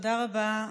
תודה רבה,